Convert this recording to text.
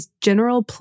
general